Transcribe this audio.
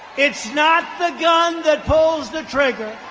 it's not the gun that pulls the trigger.